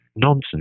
Nonsense